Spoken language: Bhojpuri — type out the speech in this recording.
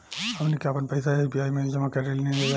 हमनी के आपन पइसा एस.बी.आई में जामा करेनिजा